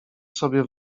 sobie